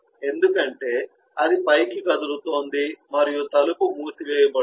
ఎందుకంటే అది పైకి కదులుతోంది మరియు తలుపు మూసివేయబడుతుంది